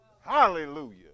hallelujah